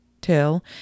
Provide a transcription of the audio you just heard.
till